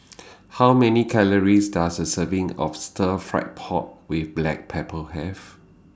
How Many Calories Does A Serving of Stir Fry Pork with Black Pepper Have